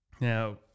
Now